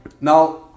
Now